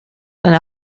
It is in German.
eine